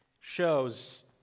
shows